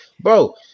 Bro